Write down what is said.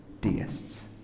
deists